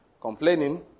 complaining